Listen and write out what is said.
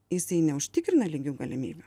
jisai neužtikrina lygių galimybių